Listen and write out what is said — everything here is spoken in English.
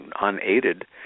unaided